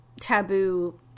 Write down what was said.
taboo